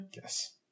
Yes